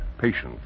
Patient